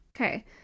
Okay